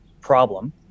problem